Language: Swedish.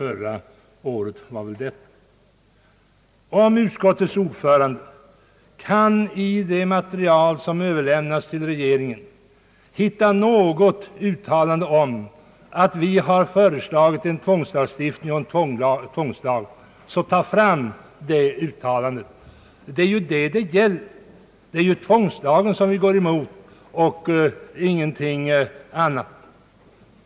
Kan utskottets ordförande i det material som överlämnats till regeringen hitta något uttalande om att revisorerna föreslagit en tvångslagstiftning, så tag fram det uttalandet! Det är ju detta saken gäller; det är tvångslagen vi reservanter går emot och ingenting annat.